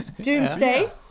doomsday